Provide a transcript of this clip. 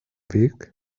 weg